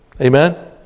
Amen